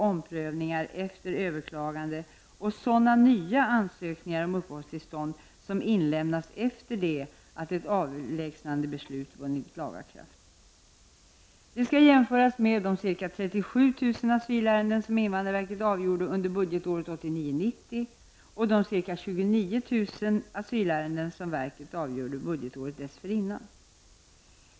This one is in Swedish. omprövningar efter överklagande och sådana nya ansökningar om uppehållstillstånd som inlämnas efter det att ett avlägsnandebeslut vunnit laga kraft. Det skall jämföras med de ca 37 000 asylärenden som invandrarverket avgjorde under budgetåret 1989/90 och de ca 29 000 asylärenden som verket avgjorde budgetåret dessförinnan.